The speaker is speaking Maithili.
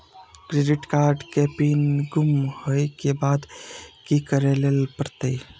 क्रेडिट कार्ड के पिन गुम होय के बाद की करै ल परतै?